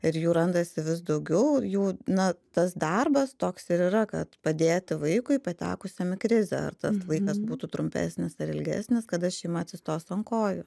ir jų randasi vis daugiau jų na tas darbas toks ir yra kad padėti vaikui patekusiam į krizę ar tas laikas būtų trumpesnis ar ilgesnis kada šeima atsistos ant kojų